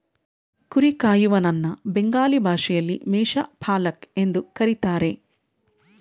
ಕುರಿ ಕಾಯುವನನ್ನ ಬೆಂಗಾಲಿ ಭಾಷೆಯಲ್ಲಿ ಮೇಷ ಪಾಲಕ್ ಎಂದು ಕರಿತಾರೆ